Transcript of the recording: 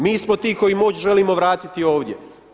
Mi smo ti koji moć želimo vratiti ovdje.